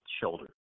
shoulder